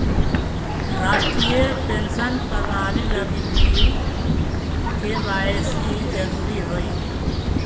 राष्ट्रीय पेंशन प्रणाली लगी भी के.वाए.सी जरूरी हई